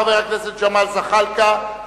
חבר הכנסת ג'מאל זחאלקה,